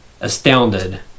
astounded